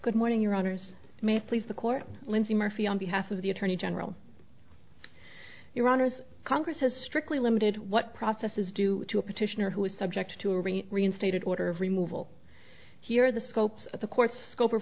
good morning your honour's may please the court lindsay murphy on behalf of the attorney general your honors congress has strictly limited what process is due to a petition or who is subject to a range reinstated order of removal here the scope of the court's scope of